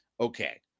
Okay